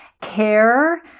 care